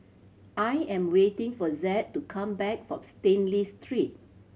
I am waiting for Zed to come back from Stanley Street